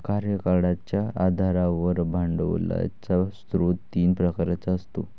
कार्यकाळाच्या आधारावर भांडवलाचा स्रोत तीन प्रकारचा असतो